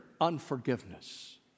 unforgiveness